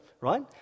right